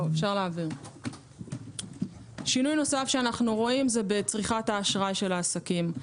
שינוי נוסף שאנו רואים בצריכת האשראי של העסקים.